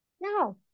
No